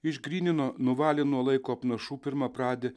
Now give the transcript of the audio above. išgrynino nuvalė nuo laiko apnašų pirmapradę